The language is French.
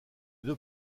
deux